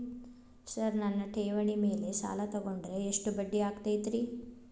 Sir ನನ್ನ ಠೇವಣಿ ಮೇಲೆ ಸಾಲ ತಗೊಂಡ್ರೆ ಎಷ್ಟು ಬಡ್ಡಿ ಆಗತೈತ್ರಿ?